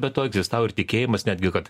be to egzistavo ir tikėjimas netgi kad